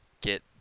get